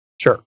sure